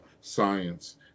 science